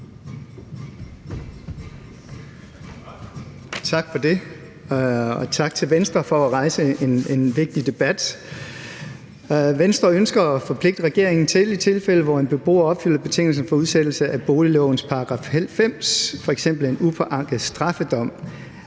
Tak for det, og tak til Venstre for at rejse en vigtig debat. Venstre ønsker at forpligte regeringen til, at i de tilfælde, hvor en beboer ifølge boliglovens § 90 opfylder betingelsen for udsættelse, f.eks. en upåanket straffedom,